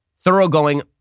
thoroughgoing